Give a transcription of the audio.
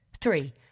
Three